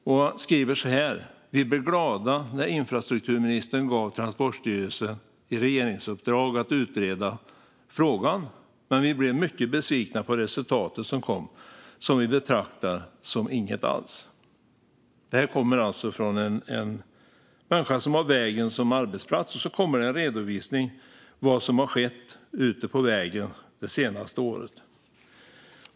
Den människan skrev så här: Vi blev glada när infrastrukturministern gav Transportstyrelsen i regeringsuppdrag att utreda frågan, men vi blev mycket besvikna på resultatet som kom, som vi betraktar som inget alls. Detta kommer alltså från en människa som har vägen som arbetsplats. Sedan kommer det en redovisning av vad som har skett ute på vägen det senaste året.